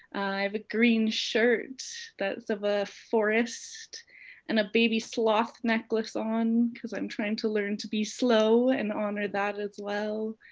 i have a green shirt that's of a forest and a baby sloths necklace on cause i'm trying to learn to be slow and honor that as well.